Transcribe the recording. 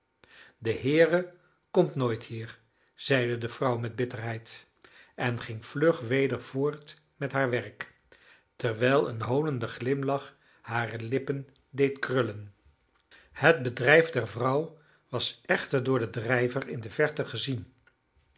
de heere komt nooit hier zeide de vrouw met bitterheid en ging vlug weder voort met haar werk terwijl een hoonende glimlach hare lippen deed krullen het bedrijf der vrouw was echter door den drijver in de verte gezien